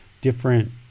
different